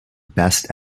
best